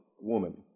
woman